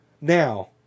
now